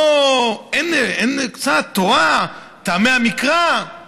אין קצת תורה, טעמי המקרא.